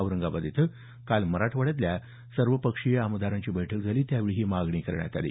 औरंगाबाद इथं काल मराठवाड्यातल्या सर्वपक्षीय आमदारांची बैठक झाली त्यावेळी ही मागणी करण्यात आली